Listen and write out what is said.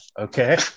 Okay